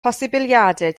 posibiliadau